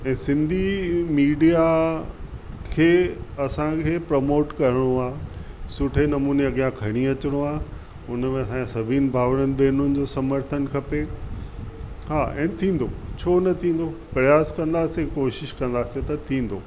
हे Sindhi media खे असांखे promote करिणो आहे सुठे नमूने अॻियां खणी अचिणो आहे हुनमें असांजा सभिनि भाउरनि भेनरुनि जे समर्थनु खपे हा ऐं थींदो छो न थींदो प्रयासु कंदासीं कोशिशि कंदासीं त थींदो